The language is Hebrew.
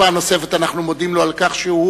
ופעם נוספת אנחנו מודים לו על כך שהוא